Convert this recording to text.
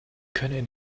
können